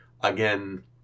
again